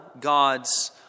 God's